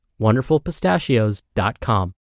WonderfulPistachios.com